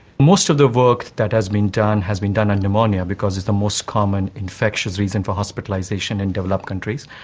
most of the work that has been done has been done on pneumonia because it's the most common infectious reason for hospitalisation in developed countries,